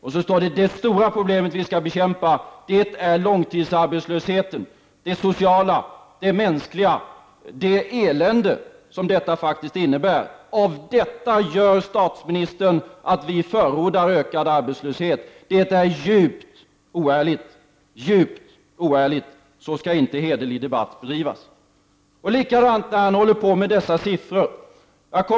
Vidare står det: Det stora problemet som vi skall bekämpa är långtidsarbetslösheten, det sociala och det mänskliga elände som denna faktiskt innebär. Av detta gör statsministern att vi förordar ökad arbetslöshet. Det är djupt oärligt. Så skall inte en hederlig debatt bedrivas. Det är likadant när statsministern hanterar siffror.